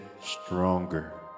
stronger